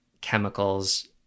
chemicals